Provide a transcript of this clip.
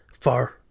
far